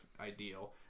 ideal